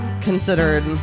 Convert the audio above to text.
considered